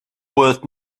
worth